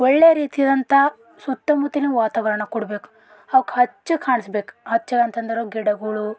ಒಳ್ಳೆಯ ರೀತಿಯಾದಂಥ ಸುತ್ತಮುತ್ತಲಿನ ವಾತಾವರಣ ಕೊಡ್ಬೇಕು ಅವ್ಕೆ ಹಚ್ಚ ಕಾಣಿಸ್ಬೇಕು ಹಚ್ಚಗೆ ಅಂತಂದ್ರೆ ಗಿಡಗಳು